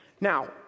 Now